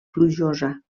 plujosa